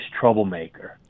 troublemaker